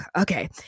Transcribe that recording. Okay